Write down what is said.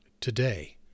Today